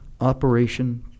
Operation